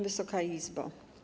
Wysoka Izbo!